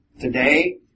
today